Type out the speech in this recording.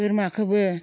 बोरमाखौबो